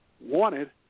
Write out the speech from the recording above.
wanted